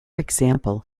example